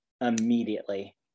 immediately